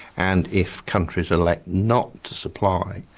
and if countries elect not to supply,